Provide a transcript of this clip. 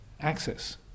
access